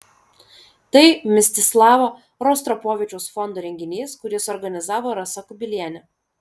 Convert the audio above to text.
tai mstislavo rostropovičiaus fondo renginys kurį suorganizavo rasa kubilienė